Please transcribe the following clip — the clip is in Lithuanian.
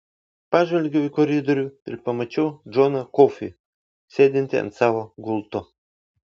pažvelgiau į koridorių ir pamačiau džoną kofį sėdintį ant savo gulto